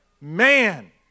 Man